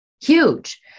Huge